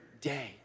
day